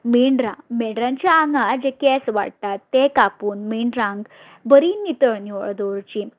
मेंड्रां मेंड्रांच्या आंगार जे केस वाडटात ते कापून मेंड्रांक बरी नितळ निवळ दवरचीं